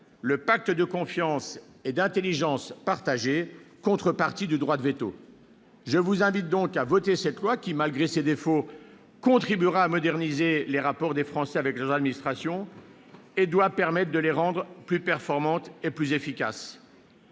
le pacte de confiance et d'intelligence partagées, contrepartie du droit de veto. Mes chers collègues, je vous invite à voter ce projet de loi qui, malgré ses défauts, contribuera à moderniser les rapports des Français avec leurs administrations, qui doit permettre de rendre ces dernières plus performantes et plus efficaces.